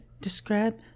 describe